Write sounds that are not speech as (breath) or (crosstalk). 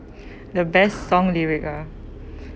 (breath) the best song lyric ah